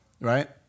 Right